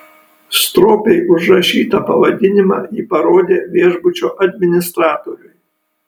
stropiai užrašytą pavadinimą ji parodė viešbučio administratoriui